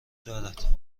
دارد